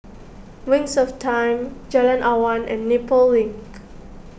Wings of Time Jalan Awan and Nepal Link